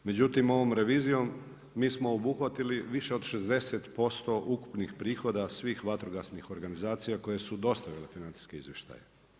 Međutim, ovom revizijom mi smo obuhvatili više od 60% prihoda svih vatrogasnih organizacija koje su dostavile financijske izvještaje.